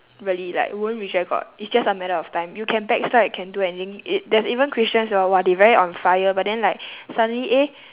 really like won't reject god it's just a matter of time you can backslide can do anything it there's even christians who are !wah! they very on fire but then like suddenly eh